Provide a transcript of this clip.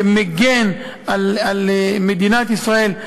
שמגן על מדינת ישראל,